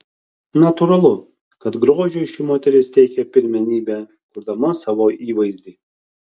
natūralu kad grožiui ši moteris teikia pirmenybę kurdama savo įvaizdį